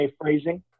phrasing